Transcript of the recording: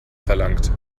verlangt